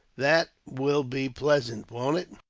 that will be pleasant, won't it?